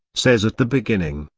says at the beginning,